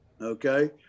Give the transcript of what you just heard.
okay